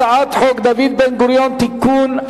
הצעת חוק דוד בן-גוריון (תיקון),